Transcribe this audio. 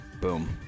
Boom